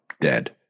Dead